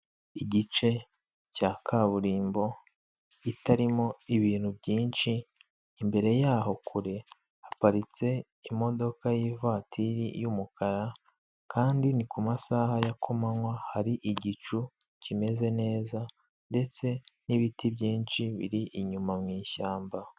Igice cya kaburimbo kitarimo ibintu byinshi imbere yaho kure haparitse imodoka y'ivatiri y'umukara kandi ni kumasaha ya kumanywa hari igicu kimeze neza ndetse n'ibiti byinshi biri inyuma mwishyamba.